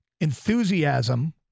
enthusiasm